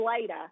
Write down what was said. later